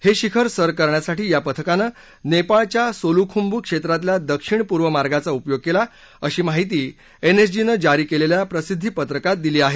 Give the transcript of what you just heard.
हे शिखर सर करण्यासाठी या पथकानं नेपाळच्या सोलुखंभू क्षेत्रातल्या दक्षिण पूर्व मार्गांचा उपयोग केला अशी माहिती एनएसजी ने जारी केलेल्या प्रसिद्धीपत्रकात दिली आहे